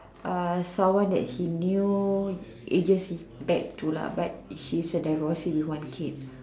uh someone that he knew ages back to lah but she's a divorcee with one kid